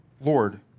Lord